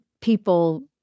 people